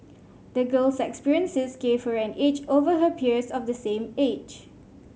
the girl's experiences gave her an edge over her peers of the same age